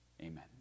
Amen